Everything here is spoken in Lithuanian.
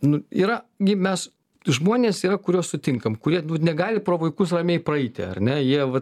nu yra gi mes žmonės yra kuriuos sutinkam kurie nu negali pro vaikus ramiai praeiti ar ne jie va